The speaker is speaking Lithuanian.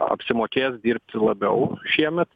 apsimokės dirbti labiau šiemet